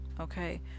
okay